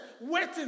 waiting